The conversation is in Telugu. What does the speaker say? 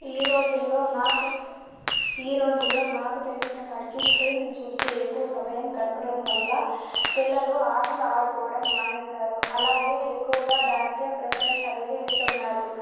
ఈ రోజుల్లో నాకు ఈ రోజుల్లో నాకు తెలిసిన కాడికి స్క్రీన్లు చూస్తే ఎక్కువ సమయం గడపడం వల్ల పిల్లలు ఆటలు ఆడుకోవడం మానేశారు అలాగే ఎక్కువగా దానికే ప్రిఫరెన్స్ అనేది ఇస్తున్నారు